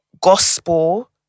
gospel